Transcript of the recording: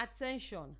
attention